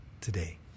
today